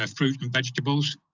ah fruit and vegetables,